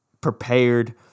prepared